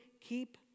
keep